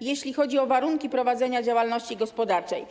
jeśli chodzi o warunki prowadzenia działalności gospodarczej.